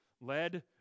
led